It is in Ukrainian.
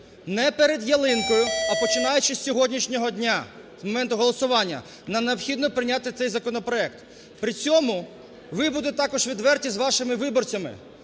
не перед ялинкою, а починаючи з сьогоднішнього дня, з моменту голосування, нам необхідно прийняти цей законопроект. При цьому ви будьте також відверті з вашими виборцями,